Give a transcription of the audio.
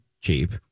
cheap